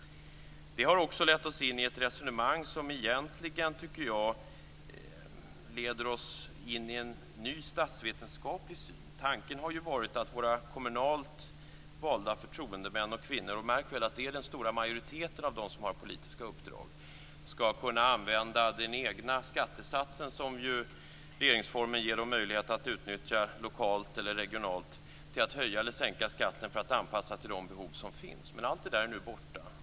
Detta resonemang har lett oss in i en ny statsvetenskaplig syn. Tanken har varit att våra kommunalt valda förtroendemän och kvinnor - märk väl att majoriteten av dem har politiska uppdrag - skall kunna höja eller sänka den egna skattesatsen - som regeringsformen ger dem rätt att utnyttja lokalt eller regionalt - efter de behov som finns. Allt det är nu borta.